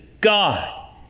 God